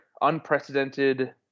unprecedented